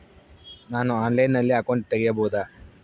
ನಾನು ಆನ್ಲೈನಲ್ಲಿ ಅಕೌಂಟ್ ತೆಗಿಬಹುದಾ?